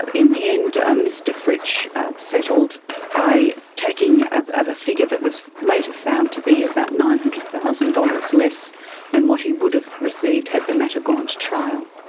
ah in the end mr fritsch settled by taking a figure that was later found to be about nine hundred thousand dollars less than what he would have received had the matter gone to trial.